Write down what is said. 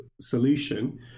solution